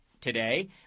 today